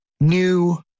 new